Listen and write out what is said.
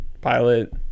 pilot